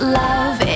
love